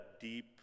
deep